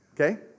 Okay